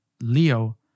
Leo